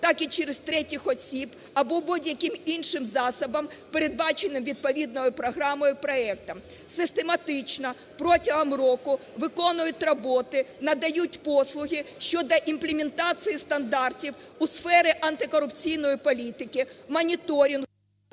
так і через третіх осіб або будь-яким іншим засобом, передбаченим відповідною програмою-проектом, систематично протягом року виконують роботи, надають послуги щодо імплементації стандартів у сфері антикорупційної політики, моніторинг…"